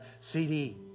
CD